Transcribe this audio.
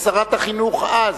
שרת החינוך אז,